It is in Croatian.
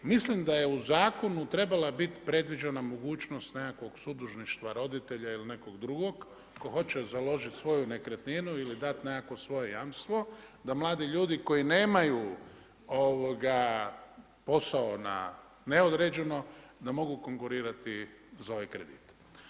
Mislim da je u zakonu trebala biti predviđena mogućnost nekakvog sudužništva roditelja ili nekog drugog tko hoće založit svoju nekretninu ili dat nekakvo svoje jamstvo da mladi ljudi koji nemaju posao na neodređeno, da mogu konkurirati za ovaj kredit.